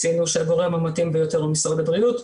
ציינו שהגורם המתאים ביותר הוא משרד הבריאות,